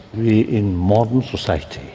we in modern society,